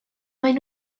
maen